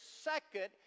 second